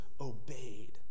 obeyed